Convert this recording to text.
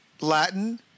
Latin